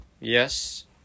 Yes